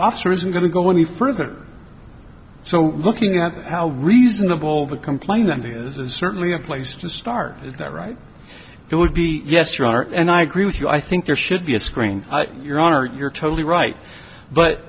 officer isn't going to go any further so looking at how reasonable the complaint under this is certainly a place to start is that right it would be yesterday and i agree with you i think there should be a screen you're on or you're totally right but